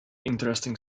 interesting